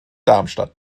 darmstadt